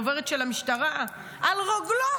"דוברת של המשטרה" על רוגלות,